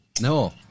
No